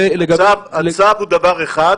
הצו הוא דבר אחד,